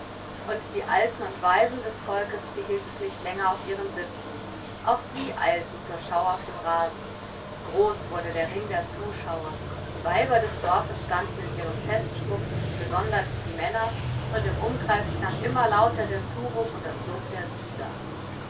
und die alten und weisen des volkes behielt es nicht länger auf ihren sitzen auch sie eilten zur schau auf den rasen groß wurde der ring der zuschauer die weiber des dorfes standen in ihrem festschmuck gesondert die männer und im umkreis klang immer lauter der zuruf und das lob der sieger